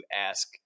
ask